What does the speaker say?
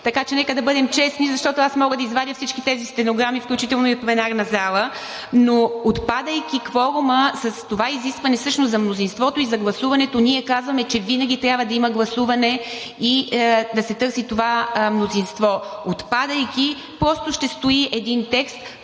Така че нека да бъдем честни, защото аз мога да извадя всички тези стенограми, включително и от пленарната зала. Но с отпадането на кворума, с това изискване всъщност за мнозинство и за гласуването, ние казваме, че винаги трябва да има гласуване и да се търси това мнозинство. Отпадайки, просто ще стои един текст,